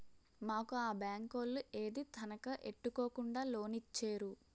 మాకు ఆ బేంకోలు ఏదీ తనఖా ఎట్టుకోకుండా లోనిచ్చేరు